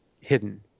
hidden